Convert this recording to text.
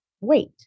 wait